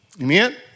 Amen